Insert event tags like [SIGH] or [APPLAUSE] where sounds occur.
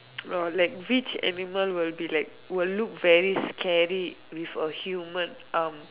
[NOISE] oh like which animal will be like will look very scary with a human arm